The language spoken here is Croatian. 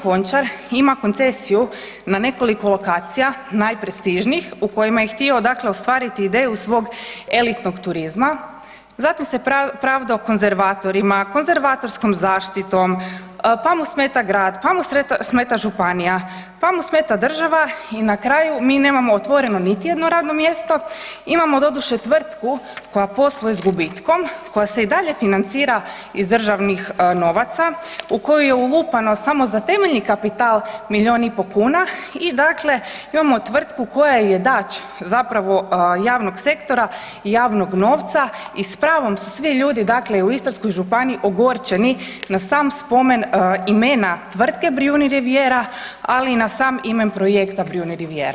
Končar ima koncesiju na nekoliko lokacija najprestižnijih u kojima je htio dakle ostvariti ideju svog elitnog turizma, zatim se pravdao konzervatorima, konzervatorskom zaštitom, pa mu smeta grad, pa mu smeta županija, pa mu smeta država i na kraju mi nemamo otvoreno niti jedno radno mjesto, imamo doduše tvrtku koja posluje s gubitkom, koja se i dalje financira iz državnih novaca u koje je ulupano, samo za temeljni kapital milijun i pol kuna i dakle, imamo tvrtku koja je ... zapravo javnog sektora i javnog novca i s pravom svi ljudi dakle u Istarskoj županiji ogorčeni na sam spomen imena tvrtke Brijuni Rivijera, ali i na sam ime projekta Brijuni Rivijera.